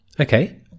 Okay